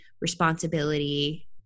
responsibility